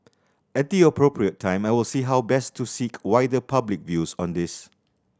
at the appropriate time I will see how best to seek wider public views on this